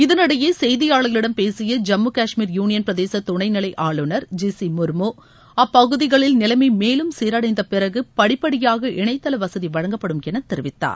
இதனிடையே செய்தியாளர்களிடம் பேசிய ஜம்மு காஷ்மீர் யூளியன் பிரதேச துணைநிலை ஆளுநர் ஜி சி முர்மு அப்பகுதிகளில் நிலைமை மேலும் சீரடைந்த பிறகு படிப்படியாக இணையதள வசதி வழங்கப்படும் என தெரிவித்தார்